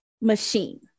machine